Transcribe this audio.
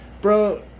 Bro